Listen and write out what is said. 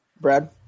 Brad